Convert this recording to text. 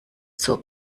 zur